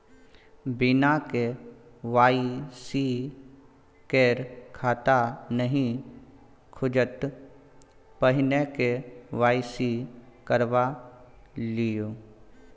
बिना के.वाई.सी केर खाता नहि खुजत, पहिने के.वाई.सी करवा लिअ